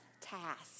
task